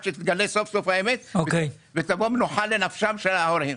עד שתתגלה סוף סוף האמת ותבוא מנוחה לנפשם של ההורים,